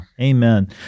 Amen